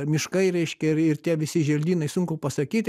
miškai reiškia ir ir tie visi želdynai sunku pasakyti